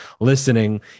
listening